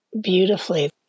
beautifully